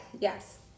yes